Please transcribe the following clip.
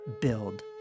build